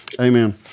Amen